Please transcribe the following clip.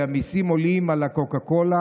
כי המיסים על הקוקה-קולה